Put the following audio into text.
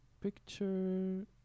picture